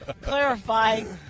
clarifying